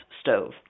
stove